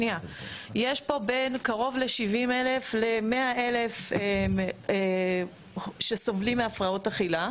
יש פה בין קרוב ל-70,000 ל-100,000 שסובלים מהפרעות אכילה.